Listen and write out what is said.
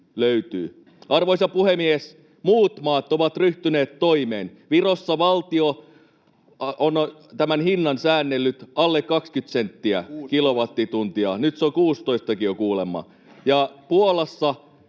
Arvoisa puhemies! Muut maat ovat ryhtyneet toimeen. Virossa valtio on tämän hinnan säännellyt: alle 20 senttiä [Oikealta: Kuusitoista!] per